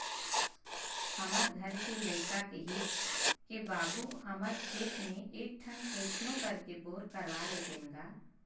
हमर घर के लइका किहिस के बाबू हमर खेत म एक ठन कइसनो करके बोर करवा लेतेन गा